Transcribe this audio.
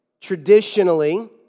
traditionally